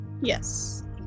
Yes